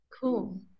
Cool